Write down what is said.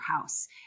house